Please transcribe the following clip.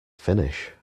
finish